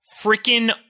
freaking